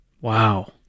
Wow